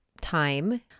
time